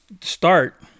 start